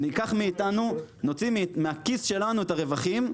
נוציא מהכיס שלנו את הרווחים,